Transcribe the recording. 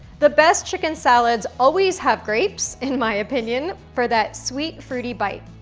the best chicken salads always have grapes, in my opinion, for that sweet fruity bite.